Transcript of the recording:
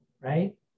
right